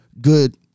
good